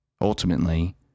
Ultimately